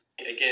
again